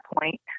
point